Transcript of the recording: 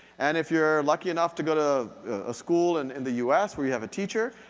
and if you're lucky enough to go to a school and in the u s. where you have a teacher,